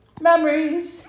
Memories